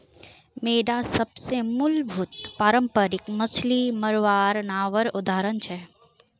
बेडा सबसे मूलभूत पारम्परिक मच्छ्ली मरवार नावर उदाहरण छे